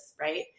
right